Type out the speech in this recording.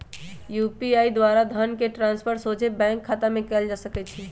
UPI द्वारा धन के ट्रांसफर सोझे बैंक खतामें कयल जा सकइ छै